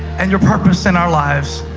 and your purpose in our lives.